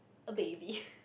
a baby